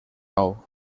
nou